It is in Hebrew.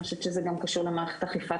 אני חושבת שזה גם קשור למערכת אכיפת